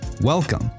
Welcome